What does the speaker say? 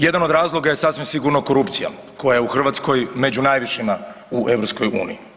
Jedan od razloga je sasvim sigurno korupcija koja je u Hrvatskoj među najvišima u EU.